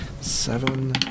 Seven